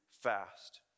fast